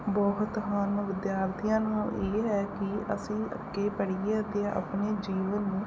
ਬਹੁਤ ਹਨ ਵਿਦਿਆਰਥੀਆਂ ਨੂੰ ਇਹ ਹੈ ਕਿ ਅਸੀਂ ਅੱਗੇ ਪੜ੍ਹੀਏ ਅਤੇ ਆਪਣੇ ਜੀਵਨ ਨੂੰ